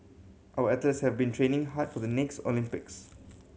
our athletes have been training hard for the next Olympics